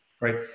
right